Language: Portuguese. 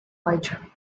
ódio